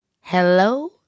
hello